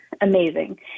amazing